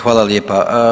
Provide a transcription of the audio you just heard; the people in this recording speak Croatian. Hvala lijepa.